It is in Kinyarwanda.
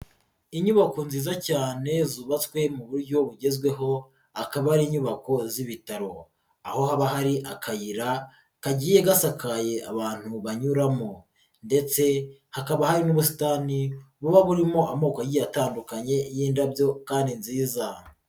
Inyubako nziza cyane zubatswe mu buryo bugezweho akaba ari inyubako z'ibitaro, aho haba hari akayira kagiye gasakaye abantu banyuramo ndetse hakaba hari n'ubusitani buba burimo amoko angi atandukanye y'indabyo kandi nziza.